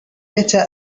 better